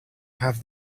have